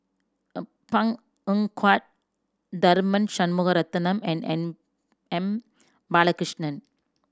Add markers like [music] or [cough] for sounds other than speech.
[hesitation] Png Eng Huat Tharman Shanmugaratnam and M M Balakrishnan